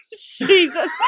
Jesus